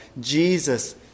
Jesus